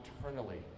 eternally